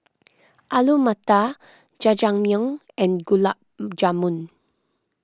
Alu Matar Jajangmyeon and Gulab Jamun